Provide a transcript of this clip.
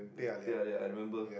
they are they are remember